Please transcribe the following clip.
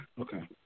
Okay